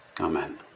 Amen